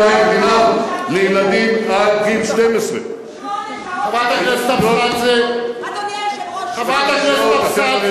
לילדים עד גיל 12. אדוני היושב-ראש,